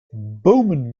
bomen